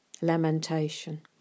Lamentation